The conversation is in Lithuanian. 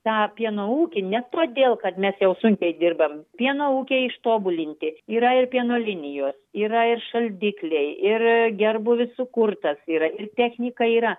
tą pieno ūkį ne todėl kad mes jau sunkiai dirbam pieno ūkiai ištobulinti yra ir pieno linijos yra ir šaldikliai ir gerbūvis sukurtas yra ir technika yra